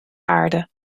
aarde